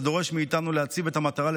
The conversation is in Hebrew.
זה דורש מאיתנו להציב את המטרה של